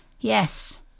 Yes